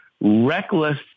reckless